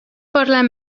parlem